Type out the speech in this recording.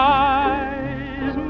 eyes